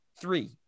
Three